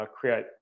create